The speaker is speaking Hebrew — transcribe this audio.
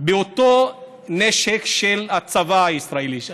באותו נשק של הצבא הישראלי,